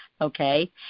okay